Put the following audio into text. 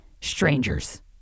strangers